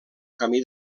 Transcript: camí